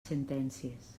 sentències